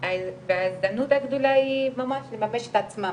ההזדמנות הגולה היא לממש את עצמם,